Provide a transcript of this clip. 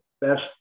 best